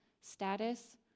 status